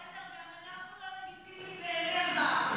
זה בסדר, גם אנחנו לא לגיטימיים בעיניך.